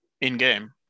In-game